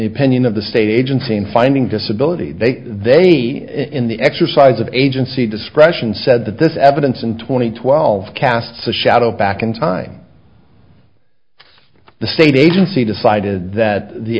the opinion of the state agency in finding disability they they in the exercise of agency discretion said that this evidence in two thousand and twelve casts a shadow back in time the state agency decided that the